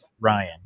ryan